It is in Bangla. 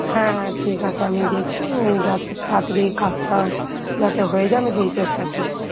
হ্যাঁ হ্যাঁ ঠিক আছে আমি দেখছি ও যা তাতাড়ি কাজটা যাতে হয়ে যায় আমি সেই চেষ্টা করছি